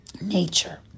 nature